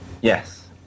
Yes